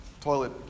toilet